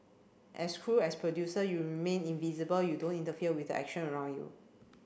as crew as producer you remain invisible you don't interfere with the action around you